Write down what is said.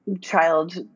child